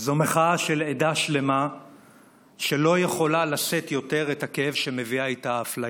זו מחאה של עדה שלמה שלא יכולה לשאת יותר את הכאב שמביאה איתה האפליה,